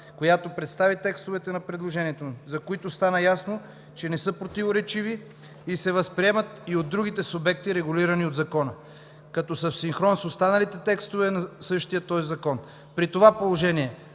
която представи текстовете на предложенията, за които стана ясно, че не са противоречиви и се възприемат и от другите субекти, регулирани от Закона, като са в синхрон с останалите текстове на същия този закон.“ При това положение